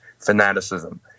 fanaticism